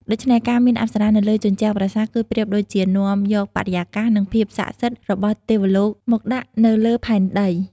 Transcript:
ដូច្នេះ ការមានអប្សរានៅលើជញ្ជាំងប្រាសាទ គឺប្រៀបដូចជានាំយកបរិយាកាស និងភាពស័ក្តិសិទ្ធិរបស់ទេវលោកមកដាក់នៅលើផែនដី។